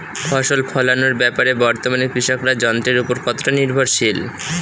ফসল ফলানোর ব্যাপারে বর্তমানে কৃষকরা যন্ত্রের উপর কতটা নির্ভরশীল?